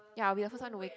ya we also trying to wake